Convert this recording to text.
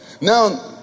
Now